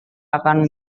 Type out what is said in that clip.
akan